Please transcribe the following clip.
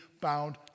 bound